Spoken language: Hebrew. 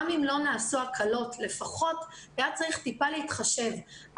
גם אם לא נעשו הקלות, לפחות היה צריך טיפה להתחשב.